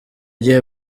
gihe